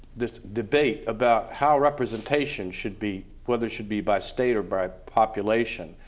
this debate about how representation should be, whether it should be by state or by population,